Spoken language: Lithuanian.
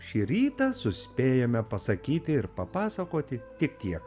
šį rytą suspėjome pasakyti ir papasakoti tik tiek